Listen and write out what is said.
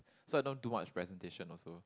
so I don't do much presentation also